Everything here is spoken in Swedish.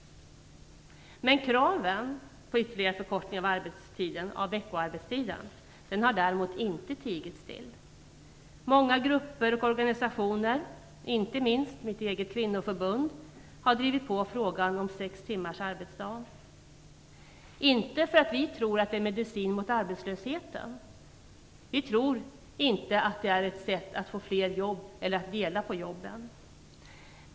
Men kraven på ytterligare förkortning av veckoarbetstiden har däremot inte tigit still. Många grupper och organisationer, inte minst mitt eget kvinnoförbund, har drivit på frågan om sex timmars arbetsdag, men vi tror inte att det är medicin mot arbetslösheten. Vi tror inte att det är ett sätt att få fler jobb eller att dela på jobben.